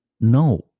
no